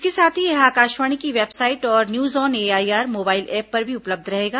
इसके साथ ही यह आकाशवाणी की वेबसाइट और news on AIR mobile app पर भी उपलब्ध रहेगा